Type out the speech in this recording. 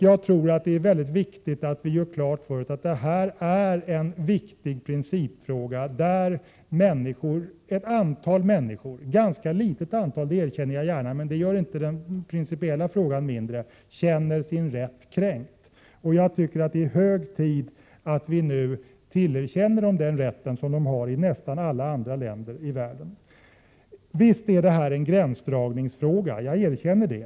Jag tror att det är av stor vikt att vi gör klart för oss själva att detta är en viktig principfråga, där ett antal människor — ett tämligen litet antal, det erkänner jag gärna, men det gör inte den principiella frågan mindre betydelsefull — känner sin rätt kränkt. Jag anser det vara hög tid att vi nu tillerkänner dem den rätt som de har i nästan alla andra länder i världen. Jag medger att detta naturligtvis är en fråga om gränsdragning.